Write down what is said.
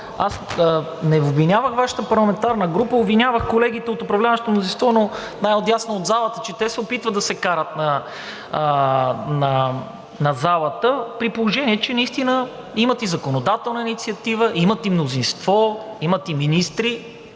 аз не обвинявах Вашата парламентарна група, обвинявах колегите от управляващото мнозинство най отдясно от залата, че те се опитват да се карат на залата, при положение че наистина имат и законодателна инициатива, имат и мнозинство, имат и министри,